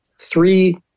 three